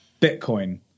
Bitcoin